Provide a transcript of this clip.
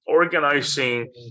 organizing